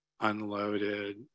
unloaded